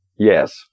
Yes